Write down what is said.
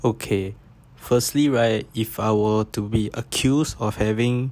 okay firstly right if I were to be accused of having